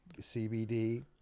cbd